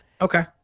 Okay